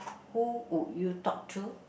who would you talk to